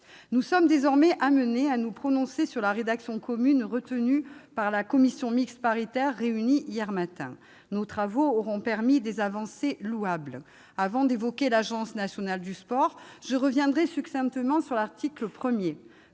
Nous sommes désormais amenés à nous prononcer sur la rédaction commune retenue par la commission mixte paritaire qui s'est réunie hier matin. Nos travaux auront permis des avancées louables. Avant d'évoquer l'Agence nationale du sport, je reviendrai succinctement sur l'article 1.